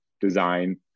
design